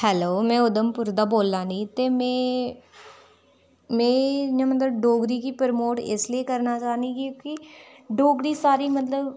hello मैं उधमपुर दा बोल्लै नी ते में में इयां मतलब डोगरी गी प्रमोट इसलेई करना चाह्नी क्योंकि डोगरी साह्ड़ी मतलब